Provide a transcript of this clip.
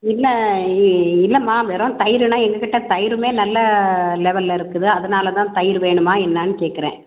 இல்லை இ இல்லைம்மா வெறும் தயிருன்னால் எங்கள்கிட்ட தயிரும் நல்ல லெவெலில் இருக்குது அதனால்தான் தயிர் வேணுமா என்னான்னு கேட்குறேன்